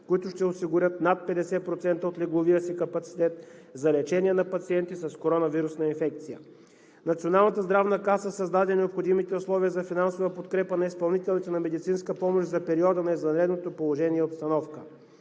които ще осигурят над 50% от легловия си капацитет за лечение на пациенти с коронавирусна инфекция. Националната здравна каса създаде необходимите условия за финансова подкрепа на изпълнителите на медицинска помощ за периода на извънредното положение и обстановка.